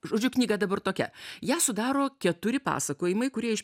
žodžiu knyga dabar tokia ją sudaro keturi pasakojimai kurie iš